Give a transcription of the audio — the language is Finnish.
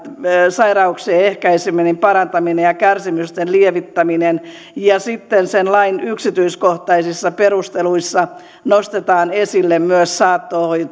sairauksien ehkäiseminen parantaminen ja kärsimysten lievittäminen sitten sen lain yksityiskohtaisissa perusteluissa nostetaan esille myös saattohoito